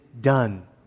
done